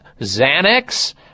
Xanax